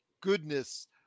goodness